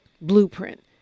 blueprint